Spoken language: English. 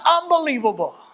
unbelievable